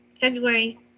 February